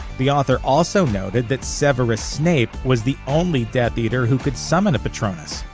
the author also noted that severus snape was the only death eater who could summon a patronus,